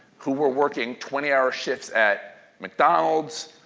who were working twenty hour shifts at mcdonald's,